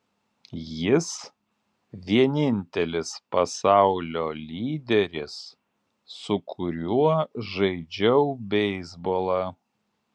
jis vienintelis pasaulio lyderis su kuriuo žaidžiau beisbolą